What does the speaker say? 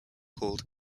called